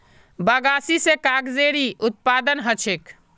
बगासी स कागजेरो उत्पादन ह छेक